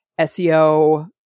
SEO